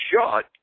shot